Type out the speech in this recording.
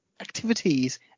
activities